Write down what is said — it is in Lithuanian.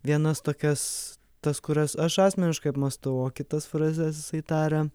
vienas tokias tas kurias aš asmeniškai apmąstau o kitas frazes taria